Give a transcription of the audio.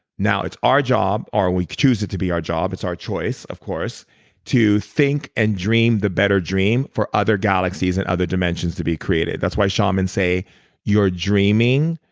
now, it's our job or we could choose it to be our job. it's our choice of course to think and dream the better dream for other galaxies and other dimensions to be created. that's why shaman say you're dreaming.